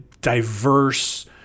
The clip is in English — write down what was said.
diverse